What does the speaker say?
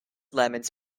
lemons